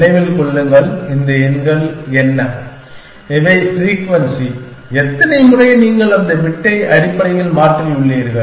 நினைவில் கொள்ளுங்கள் இந்த எண்கள் என்ன இவை ஃப்ரீக்வென்சி எத்தனை முறை நீங்கள் அந்த பிட்டை அடிப்படையில் மாற்றியுள்ளீர்கள்